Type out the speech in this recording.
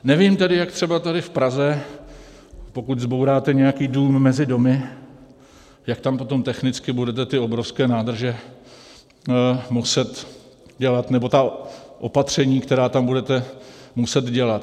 Nevím, jak třeba tady v Praze, pokud zbouráte nějaký dům mezi domy, jak tam potom technicky budete ty obrovské nádrže dělat, nebo ta opatření, která tam budete muset dělat.